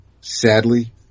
sadly